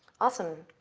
awesome.